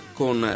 con